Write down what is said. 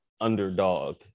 underdog